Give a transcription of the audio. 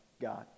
God